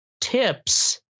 tips